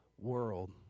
world